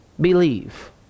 believe